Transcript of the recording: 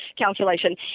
calculation